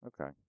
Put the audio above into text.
Okay